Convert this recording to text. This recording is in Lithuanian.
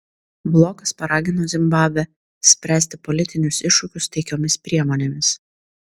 blokas paragino zimbabvę spręsti politinius iššūkius taikiomis priemonėmis